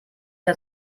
der